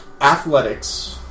Athletics